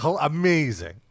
amazing